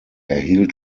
erhielt